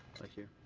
thank you.